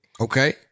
Okay